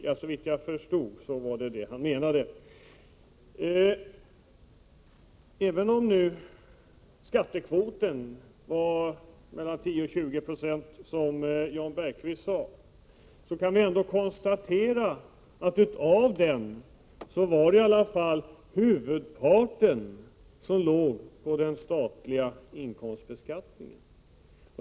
Såvitt jag förstod sade sig Jan Bergqvist också tycka om Wigforss skattepolitik. Även om skattekvoten, som Jan Bergqvist sade, då uppgick till mellan 10 och 20 26, kunde ju huvudparten hänföras till den statliga inkomstbeskattningen.